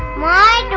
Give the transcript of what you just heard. la